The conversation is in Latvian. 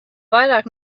vairāk